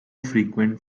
frequent